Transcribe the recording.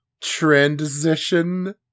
transition